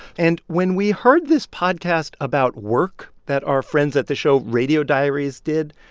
and when we heard this podcast about work that our friends at the show radio diaries did,